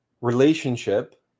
relationship